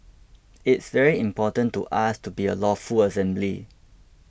it's very important to us to be a lawful assembly